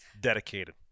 dedicated